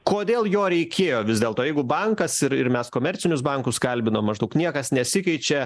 kodėl jo reikėjo vis dėlto jeigu bankas ir ir mes komercinius bankus kalbinom maždaug niekas nesikeičia